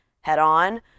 head-on